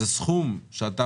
סכום שאתה